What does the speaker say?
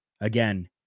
Again